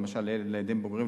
למשל לילדים בוגרים,